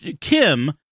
Kim